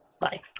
Bye